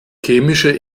chemische